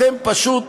אתם פשוט